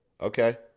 Okay